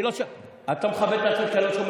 את לא מכבדת את עצמך,